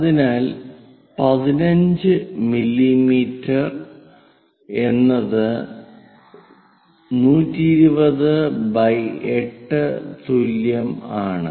അതിനാൽ 15 മില്ലീമീറ്റർ എന്നത് 1208 തുല്യം ആണ്